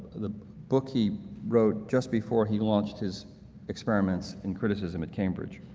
the book he wrote just before he launched his experiments in criticism at cambridge.